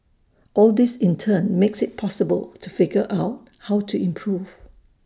all this in turn makes IT possible to figure out how to improve